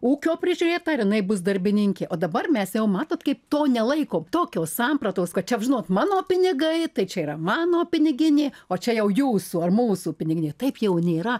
ūkio prižiūrėtoja ar jinai bus darbininkė o dabar mes jau matot kaip to nelaikom tokio sampratos kad čia žinot mano pinigai tai čia yra mano piniginė o čia jau jūsų ar mūsų piniginė taip jau nėra